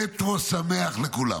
ומטרו שמח לכולם.